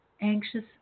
anxious